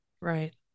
right